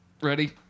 Ready